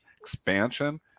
expansion